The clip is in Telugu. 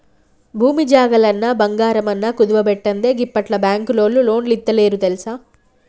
భూమి జాగలన్నా, బంగారమన్నా కుదువబెట్టందే గిప్పట్ల బాంకులోల్లు లోన్లిత్తలేరు తెల్సా